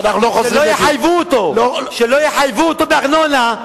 שלא יחייבו אותו, שלא יחייבו אותו בארנונה.